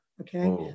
Okay